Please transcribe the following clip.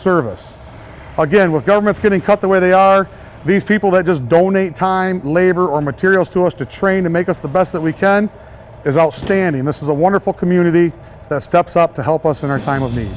service again with governments getting cut the way they are these people that just donate time labor or materials to us to train to make us the best that we can is outstanding this is a wonderful community that steps up to help us in our time of need